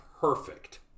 perfect